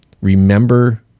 remember